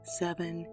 seven